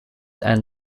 and